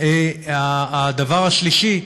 הדבר השלישי,